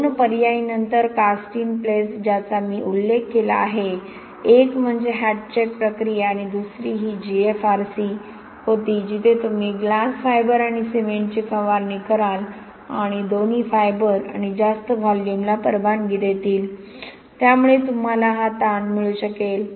दोन पर्यायी नंतर कास्ट इन प्लेस ज्याचा मी उल्लेख केला आहे एक म्हणजे हॅट्चेक प्रक्रिया आणि दुसरी ही जीएफआरसी होती जिथे तुम्ही ग्लास फायबर आणि सिमेंटची फवारणी कराल आणि दोन्ही फायबर आणि जास्त व्हॉल्यूमला परवानगी देतील त्यामुळे तुम्हाला हा ताण मिळू शकेल